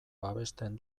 babesten